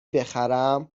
بخرم